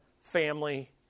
family